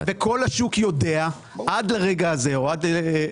הקבלן ידע וכל השוק יודע עד לרגע זה שלחוק